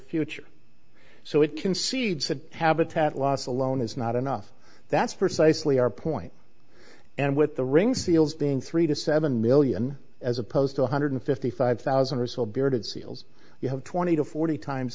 future so it can see said habitat loss alone is not enough that's precisely our point and with the ring seals being three to seven million as opposed to one hundred fifty five thousand or so bearded seals you have twenty to forty times